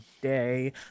day